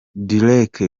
derek